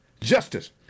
justice